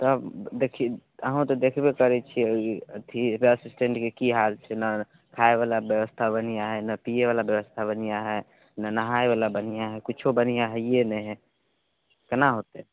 तब देखियौ अहूँ तऽ देखबे करै छियै ई अथी बस स्टैण्डके की हाल छै ने खायवला व्यवस्था बढ़िआँ हइ ने पियैवला व्यवस्था बढ़िआँ हइ ने नहायवला बढ़िआँ हइ किछो बढ़िआँ हैए ने हइ केना होतै